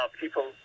people